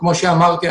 וכפי שאמרתי,